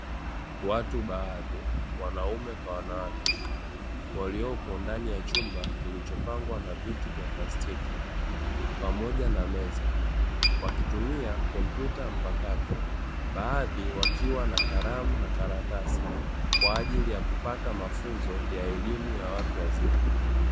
Watu baadhi wanaume kwa wanawake walipo ndani ya chumba kilicho pangwa na viti vya plastiki pamoja na meza, wakitumia komptuta mpakato baadhi wakiwa na karamu na karatasi kwajili ya kupata mafunzo ya elimu ya watu wazima.